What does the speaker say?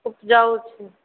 उपजाउ छै